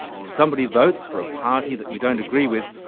if somebody votes for a party that you don't agree with,